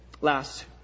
Last